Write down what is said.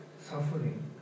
suffering